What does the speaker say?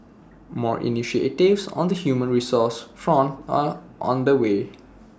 more initiatives on the human resources front are under way